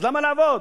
אז למה לעבוד?